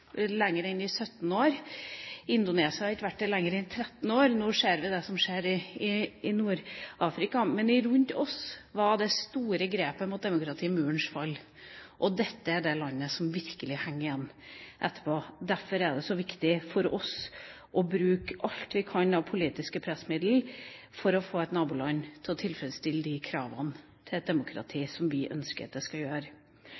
lenger enn i 17 år. Indonesia har ikke vært det lenger enn i 13 år. Nå ser vi det som skjer i Nord-Afrika. Men rundt oss var Murens fall det store grepet mot demokrati. Hviterussland er det landet som virkelig henger igjen. Derfor er det så viktig for oss å bruke alt vi kan av politiske pressmiddel for å få et naboland til å tilfredsstille de kravene til demokrati som vi ønsker at det skal gjøre.